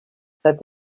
said